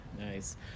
Nice